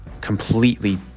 completely